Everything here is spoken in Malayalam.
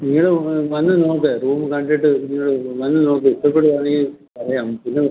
നിങ്ങൾ വന്ന് നോക്ക് റൂമ് കണ്ടിട്ട് നിങ്ങൾ വന്ന് നോക്കി ഇഷ്ടപ്പെടുവാണെങ്കിൽ പറയാം ഇത്